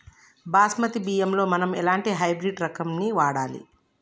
బాస్మతి బియ్యంలో మనం ఎలాంటి హైబ్రిడ్ రకం ని వాడాలి?